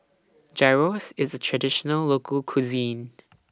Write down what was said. Gyros IS A Traditional Local Cuisine